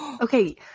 Okay